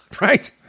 Right